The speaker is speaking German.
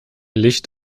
licht